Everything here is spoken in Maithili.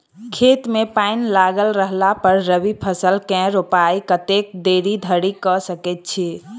खेत मे पानि लागल रहला पर रबी फसल केँ रोपाइ कतेक देरी धरि कऽ सकै छी?